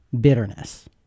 bitterness